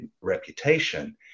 reputation